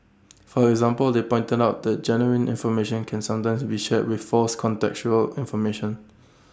for example they pointed out that genuine information can sometimes be shared with false contextual information